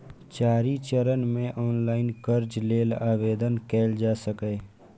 चारि चरण मे ऑनलाइन कर्ज लेल आवेदन कैल जा सकैए